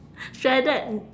shredded